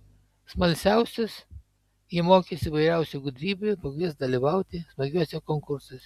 smalsiausius ji mokys įvairiausių gudrybių ir pakvies dalyvauti smagiuose konkursuose